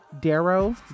Darrow